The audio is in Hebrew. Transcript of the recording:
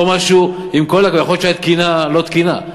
יכול להיות שהתקינה לא תקינה.